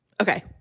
Okay